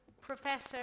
Professor